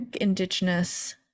indigenous